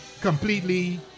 completely